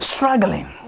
Struggling